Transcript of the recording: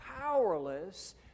powerless